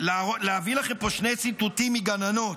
להביא לכם פה שני ציטוטים מגננות.